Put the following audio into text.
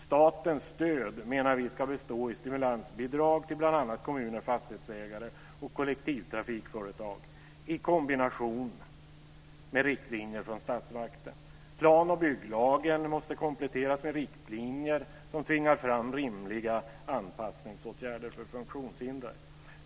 Statens stöd menar vi ska bestå av stimulansbidrag till bl.a. kommuner, fastighetsägare och kollektivtrafikföretag i kombination med riktlinjer från statsmakten. Plan och bygglagen måste kompletteras med riktlinjer som tvingar fram rimliga anpassningsåtgärder för funktionshindrade.